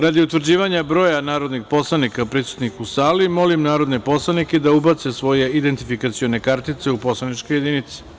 Radi utvrđivanja broja narodnih poslanika prisutnih u sali, molim narodne poslanike da ubace svoje identifikacione kartice u poslaničke jedinice.